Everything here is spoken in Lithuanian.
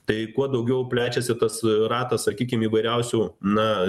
tai kuo daugiau plečiasi tas ratas sakykim įvairiausių na